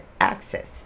access